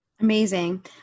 Amazing